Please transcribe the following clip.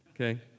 okay